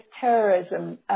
terrorism